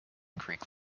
greek